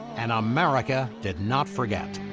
and america did not forget.